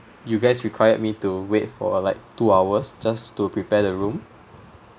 you guys required me to wait for like two hours just to prepare the room